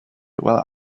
while